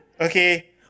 okay